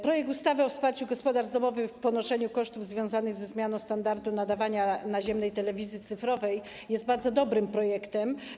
Projekt ustawy o wsparciu gospodarstw domowych w ponoszeniu kosztów związanych ze zmianą standardu nadawania naziemnej telewizji cyfrowej jest bardzo dobrym projektem.